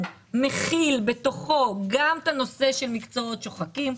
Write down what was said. מכיל בתוכו גם את הנושא של מקצועות שוחקים.